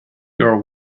your